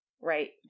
right